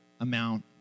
amount